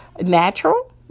Natural